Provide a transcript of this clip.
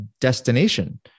destination